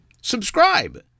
subscribe